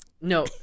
no